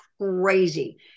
crazy